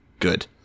Good